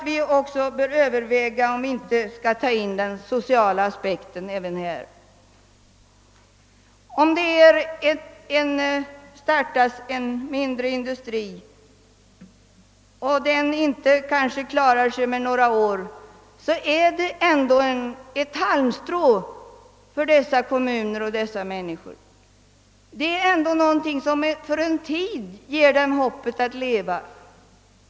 Vi bör överväga om vi inte även skall anlägga en social aspekt. Startandet av en mindre industri kan, även om denna kanske inte klarar sig mer än några år, ändå innebära en stråle av hopp för de berörda människorna och familjerna. Den kan för en tid ge dem en framtidstro.